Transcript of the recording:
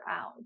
out